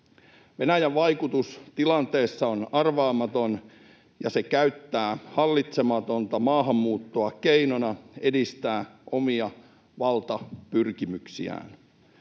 Venäjän vaikutus tilanteessa on arvaamaton, ja se käyttää hallitsematonta maahanmuuttoa keinona edistää omia valtapyrkimyksiään.